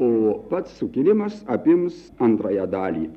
o pats sukilimas apims antrąją dalį